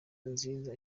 nziza